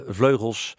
vleugels